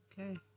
okay